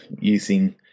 using